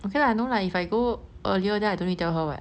okay lah no lah if I go earlier then I don't need to tell her what